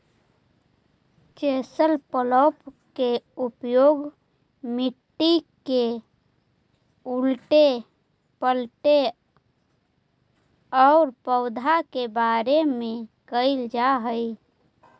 chisel plough के उपयोग मट्टी के उलऽटे पलऽटे औउर पौधा के भरे में कईल जा हई